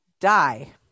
die